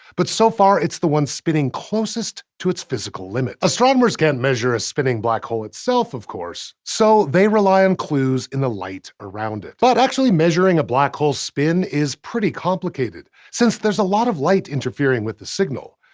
but so far, it's the one spinning closest to its physical limit. astronomers can't measure a spinning black hole itself, of course. so they rely on clues in the light around it. but actually measuring a black hole's spin is actually pretty complicated, since there's a lot of light interfering with the signal.